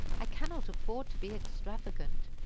i cannot afford to be extravagant.